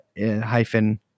hyphen